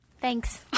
Thanks